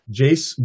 Jace